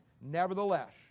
Nevertheless